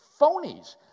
phonies